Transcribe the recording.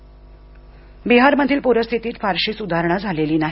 पूर बिहार मधील पूरस्थितीत फारशी सुधारणा झालेली नाही